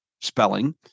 spelling